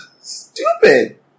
stupid